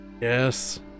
Yes